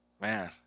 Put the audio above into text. man